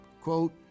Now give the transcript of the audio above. Quote